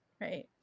Right